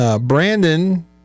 Brandon